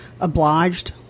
obliged